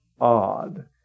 odd